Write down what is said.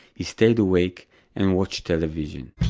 he stayed awake and watched television.